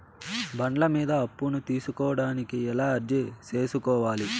బండ్ల మీద అప్పును తీసుకోడానికి ఎలా అర్జీ సేసుకోవాలి?